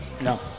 no